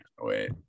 wait